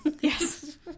Yes